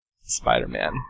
Spider-Man